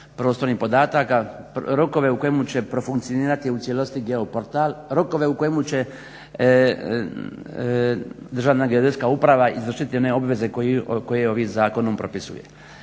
prostornih podataka, rokove u kojemu će profunkcionirati u cijelosti geportal, rokove u kojemu će Državna geodetska uprava izvršiti one obveze koje ovim zakonom propisuje.